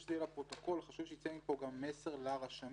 שזה יהיה לפרוטוקול, חשוב שיצא מפה גם מסר לרשמים,